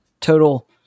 Total